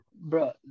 Bro